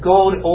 Gold